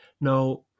Now